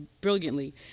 brilliantly